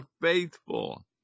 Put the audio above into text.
faithful